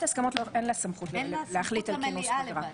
הסכמות אין לה סמכות להחליט על כינוס פגרה.